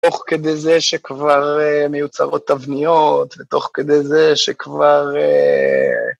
תוך כדי זה שכבר מיוצרות תבניות, ותוך כדי זה שכבר...